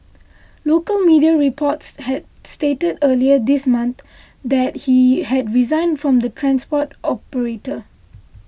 local media reports had stated earlier this month that he had resigned from the transport operator